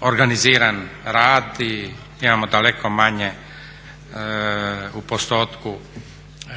organiziran rad i imamo daleko manje u postotku uvjetnih